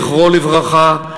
זכרו לברכה,